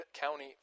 County